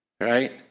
Right